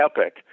epic